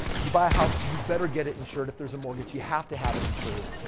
you buy a house, you better get it insured. if there's a mortgage, you have to have it insured.